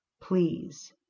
Please